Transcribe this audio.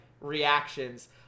reactions